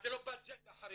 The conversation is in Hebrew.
אז זה לא באג'נדה החרדית,